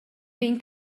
vegn